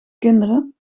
kinderen